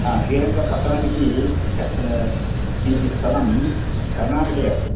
हा श्रीरङ्गपट्टणमिति कश्चन किञ्चित् स्थलं कर्णाटके अस्ति